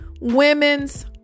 Women's